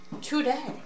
today